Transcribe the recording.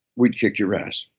we'd kick your ass.